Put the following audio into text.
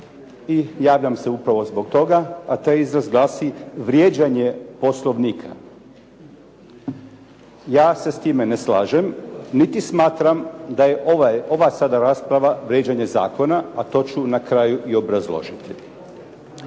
i javljam se upravo zbog toga, a taj izraz glasi vrijeđanje Poslovnika. Ja se s time ne slažem, niti smatram da je ova sada rasprava vrijeđanje zakona, a to ću na kraju i obrazložiti.